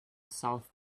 south